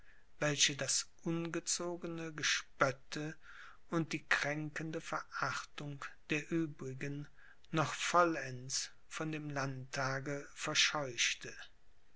welche das ungezogene gespötte und die kränkende verachtung der uebrigen noch vollends von dem landtage verscheuchte